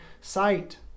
sight